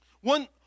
One